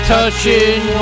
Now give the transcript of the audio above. Touching